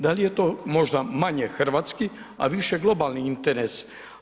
Da li je to možda manje hrvatski, a više globalni interes?